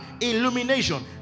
illumination